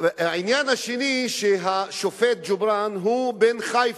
העניין השני, שהשופט ג'ובראן הוא בן חיפה,